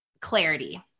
clarity